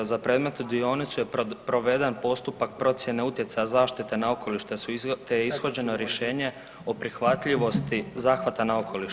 Za predmetnu dionicu je proveden postupak procjene utjecaja zaštite na okoliš te je ishođeno rješenje o prihvatljivosti zahvata na okoliš.